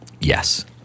Yes